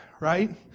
right